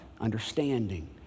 understanding